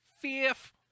Fifth